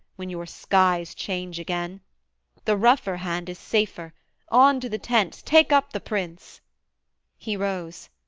when your skies change again the rougher hand is safer on to the tents take up the prince he rose,